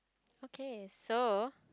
okay so